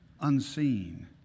unseen